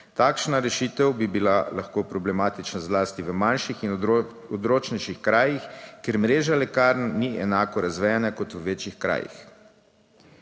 Takšna rešitev bi bila lahko problematična zlasti v manjših in odročnejših krajih, kjer mreža lekarn ni enako razvejana kot v večjih krajih.